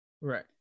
Right